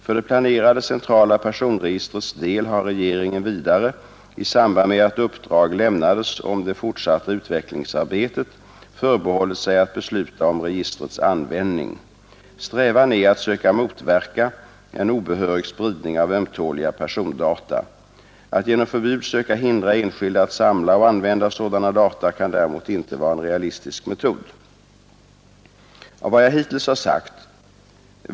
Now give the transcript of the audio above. För det planerade centrala personregistrets del har regeringen vidare, i samband med att uppdrag lämnades om det fortsatta utvecklingsarbetet, förbehållit sig att besluta om registrets användning. Strävan är att söka motverka en obehörig spridning av ömtåliga persondata. Att genom förbud söka hindra enskilda att samla och använda sådana data kan däremot inte vara en realistisk metod.